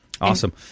Awesome